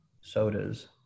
sodas